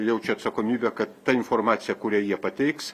jaučia atsakomybę kad ta informacija kurią jie pateiks